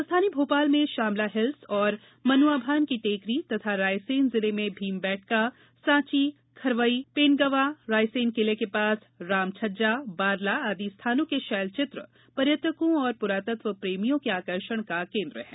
राजधानी भोपाल में श्यामला हिल्स तथा मनुआभान की टेकरी और रायसेन जिले में भीम बैठका साँची खरवई पेनगवां रायसेन किले के पास रामछज्जा बारला आदि स्थानों के शैल चित्र पर्यटकों और पुरातत्व प्रेमियों के आकर्षण का केन्द्र हैं